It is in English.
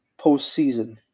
postseason